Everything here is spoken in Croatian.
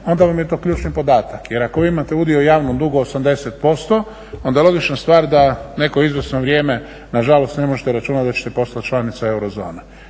onda vam je to ključni podatak. Jer ako vi imate udio u javnom dugu 80% onda je logična stvar da neko izvjesno vrijeme na žalost ne možete računati da ćete postati članica eurozone.